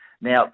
Now